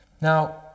Now